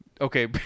Okay